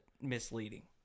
misleading